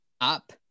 up